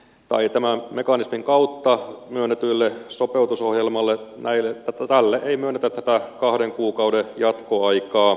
tai tämän väliaikaisen tukimekanismin kautta myönnetylle sopeutusohjelmalle ei myönnetä tätä kahden kuukauden jatkoaikaa